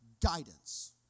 guidance